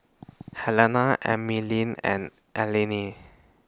Helena Emeline and Aline